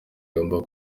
bagomba